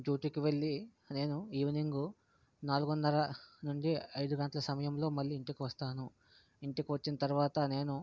డ్యూటీకి వెళ్ళీ నేను ఈవనింగు నాలుగున్నర నుండి ఐదు గంటల సమయంలో మళ్ళీ ఇంటికి వస్తాను ఇంటికి వచ్చిన తరువాత నేను